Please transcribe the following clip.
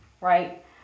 right